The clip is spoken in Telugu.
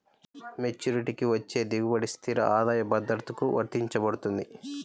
మెచ్యూరిటీకి వచ్చే దిగుబడి స్థిర ఆదాయ భద్రతకు వర్తించబడుతుంది